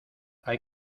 hay